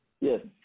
Yes